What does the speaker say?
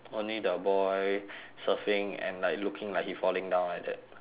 only the boy surfing and like looking like he falling down like that